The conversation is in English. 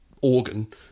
organ